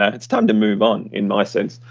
ah it's time to move on, in my sense.